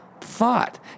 thought